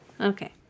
Okay